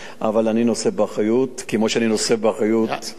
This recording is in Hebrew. אבל אני נושא באחריות כמו שאני נושא באחריות כוללת,